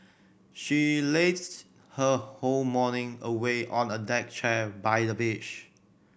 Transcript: she lazed her whole morning away on a deck chair by the beach